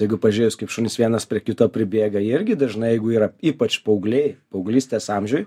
jeigu pažiūrėjus kaip šunys vienas prie kito pribėga jie irgi dažnai jeigu yra ypač paaugliai paauglystės amžiuj